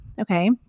Okay